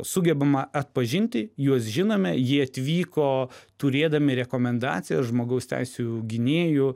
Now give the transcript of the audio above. sugebame atpažinti juos žinome jie atvyko turėdami rekomendaciją žmogaus teisių gynėjų